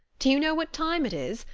do you know what time it is?